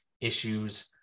issues